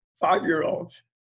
five-year-olds